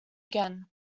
again